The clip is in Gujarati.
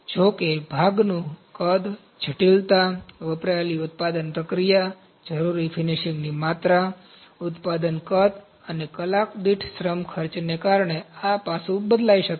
જો કે ભાગનું કદ જટિલતા વપરાયેલી ઉત્પાદન પ્રક્રિયા જરૂરી ફિનિશિંગની માત્રા ઉત્પાદન કદ અને કલાક દીઠ શ્રમ ખર્ચને કારણે આ પાસું બદલાઈ શકે છે